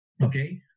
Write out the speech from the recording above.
Okay